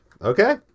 Okay